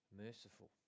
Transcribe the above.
merciful